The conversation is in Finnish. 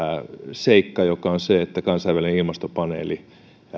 seikka joka on se että kansainvälinen ilmastopaneeli